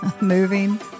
Moving